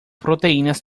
proteínas